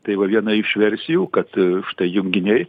tai va viena iš versijų kad štai junginiai